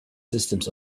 systems